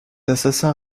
assassin